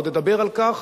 עוד נדבר על כך,